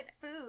food